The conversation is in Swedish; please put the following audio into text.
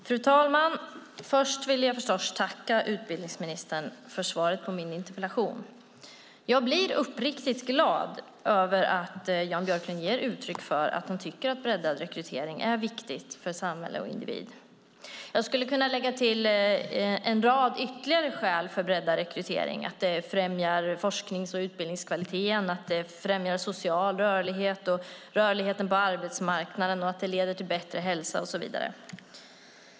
Fru talman! Jag tackar utbildningsministern för svaret på min interpellation. Jag blir uppriktigt glad över att Jan Björklund ger uttryck för att han tycker att breddad rekrytering är viktigt för samhälle och individ. Jag skulle kunna lägga till en rad ytterligare skäl för breddad rekrytering - det främjar forsknings och utbildningskvaliteten, det främjar social rörlighet och rörligheten på arbetsmarknaden, det leder till bättre hälsa och så vidare.